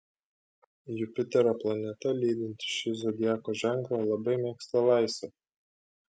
jupiterio planeta lydinti šį zodiako ženklą labai mėgsta laisvę